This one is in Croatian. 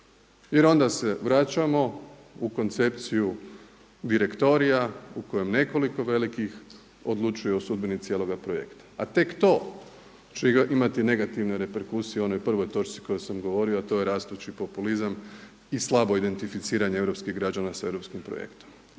jer onda se vraćamo u koncepciju direktorija u kojem nekoliko velikih odlučuje o sudbini cijeloga projekta. A tek to će imati negativne reperkusije u onoj prvoj točci o kojoj sam govorio, a to je rastući populizam i slabo identificiranje europskih građana sa europskim projektom.